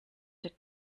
der